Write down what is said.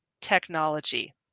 technology